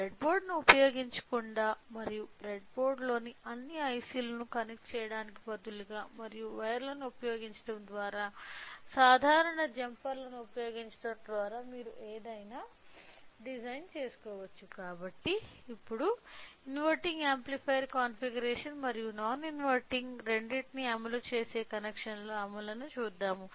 బ్రెడ్బోర్డును ఉపయోగించకుండా మరియు బ్రెడ్బోర్డులోని అన్ని ఐసిలను కనెక్ట్ చేయడానికి బదులుగా మరియు వైర్లను ఉపయోగించడం ద్వారా సాధారణ జంపర్లను ఉపయోగించడం ద్వారా మీరు ఏదైనా డిజైన్ చేసుకోవచ్చు కాబట్టి ఇప్పుడు ఇన్వెర్టింగ్ యాంప్లిఫైయర్ కాన్ఫిగరేషన్ మరియు నాన్ ఇన్వర్టింగ్ రెండింటినీ అమలు చేసే కనెక్షన్ల అమలును చూద్దాం